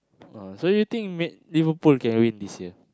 ah so you think Man Liverpool can win this year